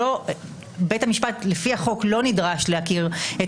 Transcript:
שבית המשפט לפי החוק לא נדרש להכיר את